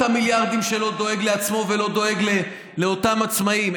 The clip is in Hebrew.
במיליארדים שלו דואג לעצמו ולא דואג לאותם עצמאים.